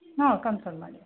ಹಾಂ ಕನ್ಫರ್ಮ್ ಮಾಡಿ